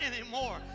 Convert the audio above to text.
anymore